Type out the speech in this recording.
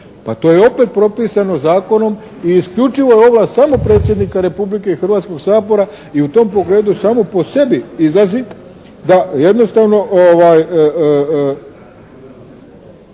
Pa to je opet propisano zakonom i isključivo je ovlast samo Predsjednika Republike i Hrvatskog sabora i u tom pogledu samo po sebi izlazi da jednostavno